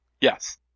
Yes